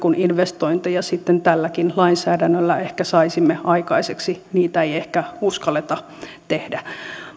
kun investointeja tälläkin lainsäädännöllä ehkä saisimme aikaiseksi niitä ei ehkä uskalleta tehdä